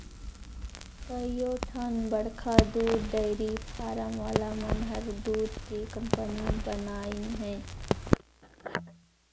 कयोठन बड़खा दूद डेयरी फारम वाला मन हर दूद के कंपनी बनाईंन हें